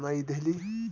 نیی دہلی